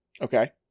Okay